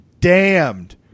damned